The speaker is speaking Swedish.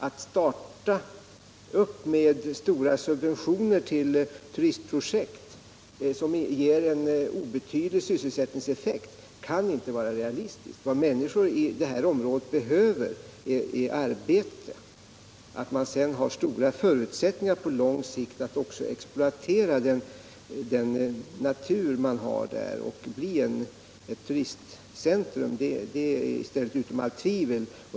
Att starta upp med stora subventioner till turistprojekt som ger en obetydlig sysselsättningseffekt kan inte vara realistiskt. Vad människor i området behöver är arbete. Att man sedan har stora förutsättningar på lång sikt att också exploatera den natur som finns och bygga ett turistcentrum är ställt utom allt tvivel.